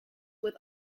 with